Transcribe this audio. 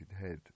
head